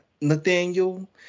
Nathaniel